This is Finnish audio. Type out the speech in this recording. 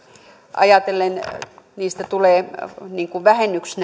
ajatellen niistä tulee vähennyksiä